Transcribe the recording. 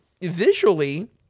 visually